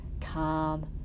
calm